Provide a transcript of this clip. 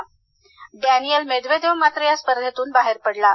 तर Daniil Medvedev मात्र या स्पर्धेतून बाहेर गेला आहे